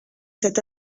cet